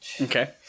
Okay